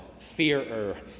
fearer